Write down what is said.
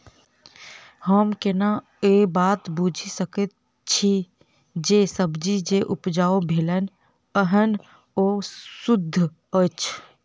हम केना ए बात बुझी सकैत छी जे सब्जी जे उपजाउ भेल एहन ओ सुद्ध अछि?